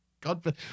God